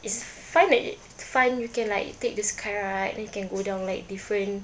it's fun like it's fun you can like take this car right you can go down like different